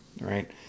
right